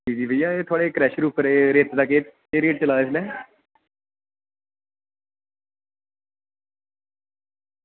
ते थुआढ़े क्रैशर उप्पर रेतै दा केह् रेट चला दा इसलै